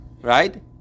right